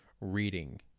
reading